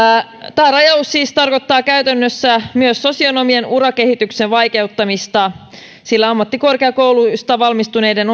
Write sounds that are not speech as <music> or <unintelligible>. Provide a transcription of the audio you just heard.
tämä rajaus siis tarkoittaa käytännössä myös sosionomien urakehityksen vaikeuttamista sillä ammattikorkeakouluista valmistuneiden <unintelligible>